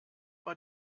war